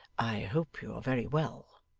i hope you are very well